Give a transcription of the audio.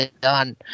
done